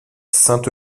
sainte